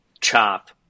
chop